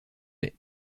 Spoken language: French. mai